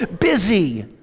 busy